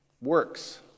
Works